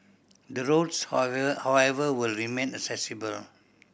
the roads however however will remain accessible